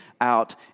out